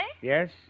Yes